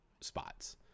spots